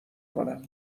کنم